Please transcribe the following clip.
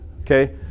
okay